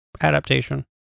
Adaptation